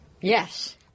Yes